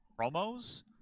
promos